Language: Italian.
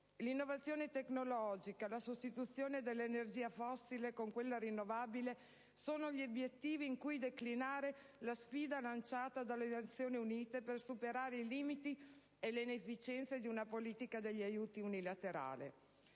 l'innovazione tecnologica, la sostituzione dell'energia fossile con quella rinnovabile sono gli obiettivi in cui declinare la sfida lanciata dalle Nazioni Unite per superare i limiti e le inefficienze di una politica degli aiuti unilaterale.